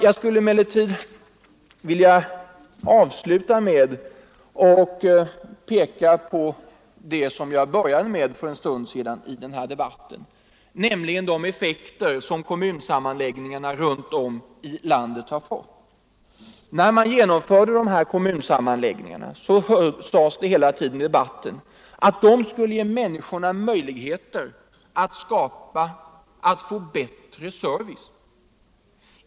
Jag skulle emellertid vilja avsluta med att peka på det som jag började med för en stund sedan i den här debatten, nämligen de effekter som kommunsammanläggningarna har fått. När man genomförde de här kommunsammanläggningarna sades det hela tiden i debatten att det skulle ge människorna möjligheter att få bättre service.